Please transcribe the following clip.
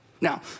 Now